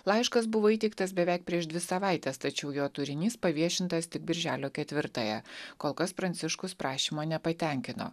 laiškas buvo įteiktas beveik prieš dvi savaites tačiau jo turinys paviešintas tik birželio ketvirtąją kol kas pranciškus prašymo nepatenkino